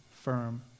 firm